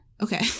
okay